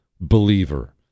believer